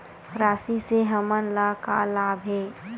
राशि से हमन ला का लाभ हे?